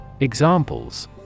Examples